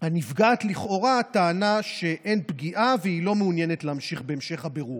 והנפגעת לכאורה טענה שאין פגיעה והיא לא מעוניינת להמשיך בהמשך הבירור.